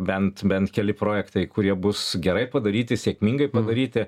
bent bent keli projektai kurie bus gerai padaryti sėkmingai padaryti